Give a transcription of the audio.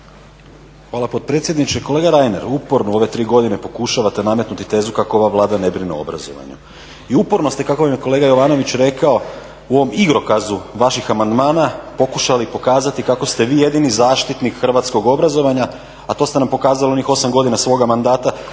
Hvala potpredsjedniče. Kolege Reiner, uporno ove tri godine pokušavate nametnuti tezu kako ova Vlada ne brine o obrazovanju. I uporno ste kako vam je kolega Jovanović rekao u ovom igrokazu vaših amandmana pokušali pokazati kako ste vi jedini zaštitnik hrvatskog obrazovanja a to ste nam pokazali u onih 8 godina svoga mandata